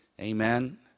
amen